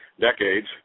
decades